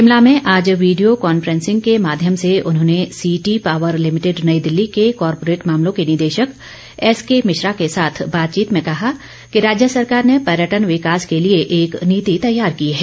शिमला में आज video conferencing के माध्यम से उन्होंने सीटी पॉवर लिमिटेड नई दिल्ली के कोरपोरेट मामलों के निदेशक एसके मिश्रा के साथ बातचीत में कहा कि राज्य सरकार ने पर्यटन विकास के लिए एक नीति तैयार की है